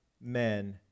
men